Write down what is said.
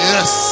Yes